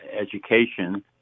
education